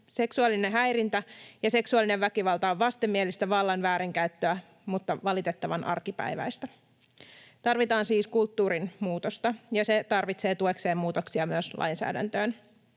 Seksuaalinen häirintä ja seksuaalinen väkivalta ovat vastenmielistä vallan väärinkäyttöä mutta valitettavan arkipäiväistä. Tarvitaan siis kulttuurin muutosta, ja se tarvitsee tuekseen muutoksia myös lainsäädäntöön.